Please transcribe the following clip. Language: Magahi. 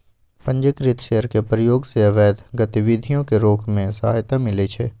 पंजीकृत शेयर के प्रयोग से अवैध गतिविधियों के रोके में सहायता मिलइ छै